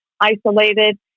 isolated